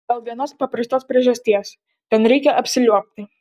dėl vienos paprastos priežasties ten reikia apsiliuobti